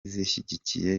zishyigikiye